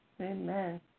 Amen